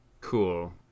Cool